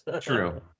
True